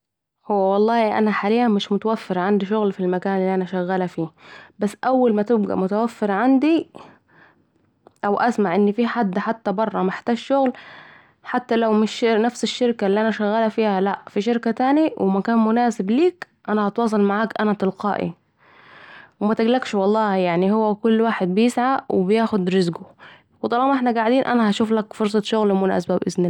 هو والله أنا حالياً مش متوفر عندي شغل في المكان الي أنا شغاله فيه بس أول ميبقي متوفر عندي او أسمع أن في حد بره محتاج شغل حتي لو في شركه تاني في مكان مناسب ليك أنا الي هتواصل معاك أنا تلقائي ...و متقلقيش والله هو مل واحد بيسعي و بياخد رزقه و طالما إحنا قاعدين أنا هشوفلك فرصه مناسبه